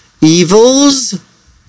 evils